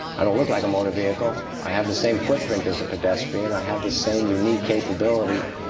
i don't look like a motor vehicle. i have the same footprint as a pedestrian i have the same unique capability